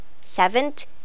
Seventh